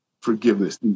forgiveness